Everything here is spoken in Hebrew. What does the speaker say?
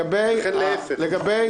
וכן להפך.